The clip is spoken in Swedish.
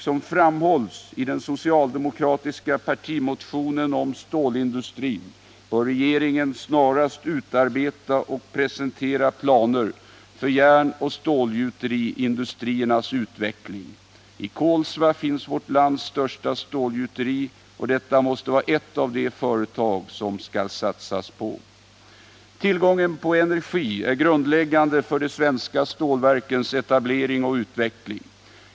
Som framhålls i den socialdemokratiska partimotionen om stålindustrin bör regeringen snarast utarbeta och presentera planer för järnoch stålgjuteriindustriernas utveckling. I Kolsva finns vårt lands största stålgjuteri, och detta måste vara ett av de företag som man skall satsa på. Tillgången på energi är grundläggande för de svenska stålverkens etablering och utveckling.